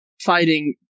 fighting